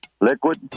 Liquid